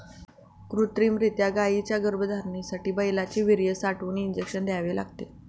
कृत्रिमरीत्या गायींच्या गर्भधारणेसाठी बैलांचे वीर्य साठवून इंजेक्शन द्यावे लागते